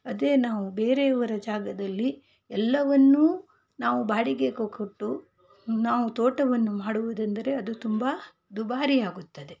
ಅದೇ ನಾವು ಬೇರೆಯವರ ಜಾಗದಲ್ಲಿ ಎಲ್ಲವನ್ನು ನಾವು ಬಾಡಿಗೆಗೆ ಕೊಟ್ಟು ನಾವು ತೋಟವನ್ನು ಮಾಡುವುದೆಂದರೆ ಅದು ತುಂಬ ದುಬಾರಿಯಾಗುತ್ತದೆ